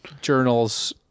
journals